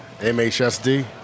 MHSD